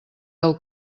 del